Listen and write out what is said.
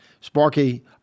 Sparky